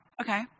Okay